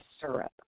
syrup